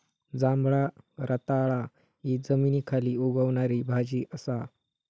जांभळा रताळा हि जमनीखाली उगवणारी भाजी असा